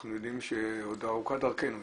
אנחנו יודעים שעוד ארוכה דרכנו,